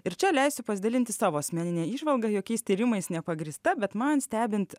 ir čia leisiu pasidalinti savo asmenine įžvalga jokiais tyrimais nepagrįsta bet man stebint